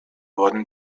worden